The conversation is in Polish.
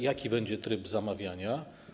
Jaki będzie tryb zamawiania?